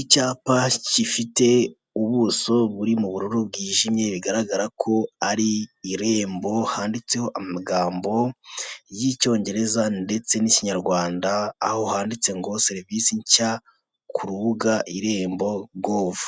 Icyapa gifite ubuso buri mu bururu bwijimye bigaragara ko ari irembo handitseho amagambo y'icyongereza ndetse n'ikinyarwanda aho handitse ngo serivisi nshya ku rubuga irembo gov,